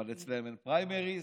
אבל אצלם אין פריימריז,